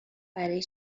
برای